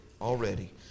already